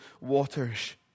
waters